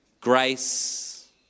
Grace